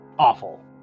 Awful